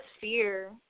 fear